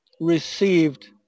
received